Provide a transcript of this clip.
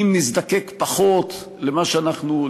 אם נזדקק פחות למה שאנחנו,